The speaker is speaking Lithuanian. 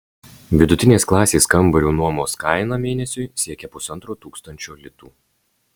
vidutinės klasės kambario nuomos kaina mėnesiui siekia pusantro tūkstančio litų